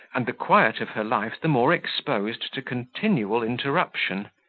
and the quiet of her life the more exposed to continual interruption.